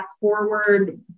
forward